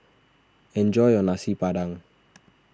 enjoy your Nasi Padang